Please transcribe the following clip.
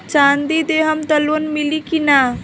चाँदी देहम त लोन मिली की ना?